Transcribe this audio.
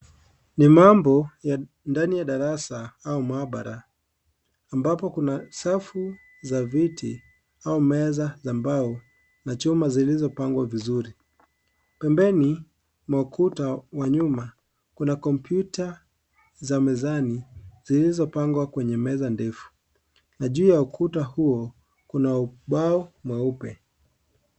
Ni mambo ya ndani ya darasa au maabara ambapo kuna safu ya viti meza ya mbao na chuma zilizopangwa vizuri, pembeni ukuta wa nyuma kuna kompyuta za mezani zilizopangwa kwenye meza ndefu na juu ya ukuta huo kuna ubao mweupe.